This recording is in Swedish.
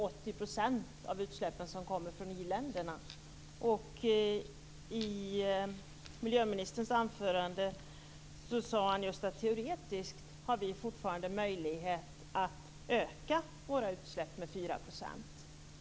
80 % av utsläppen kommer från i-länderna, och i miljöministerns anförande sade han att vi teoretiskt fortfarande har möjlighet att öka våra utsläpp med 4 %.